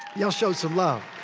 ya'll show some love.